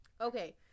Okay